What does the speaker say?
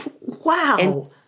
Wow